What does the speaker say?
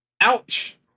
Ouch